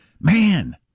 man